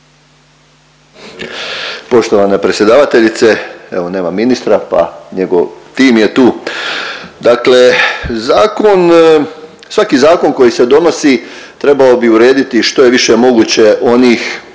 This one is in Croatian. Poštovana predsjedavateljice, evo nema ministra, pa njegov tim je tu. Dakle, zakon, svaki zakon koji se donosi trebao bi urediti što je više moguće onih,